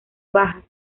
bajas